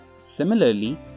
Similarly